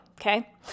Okay